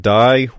die